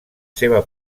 seva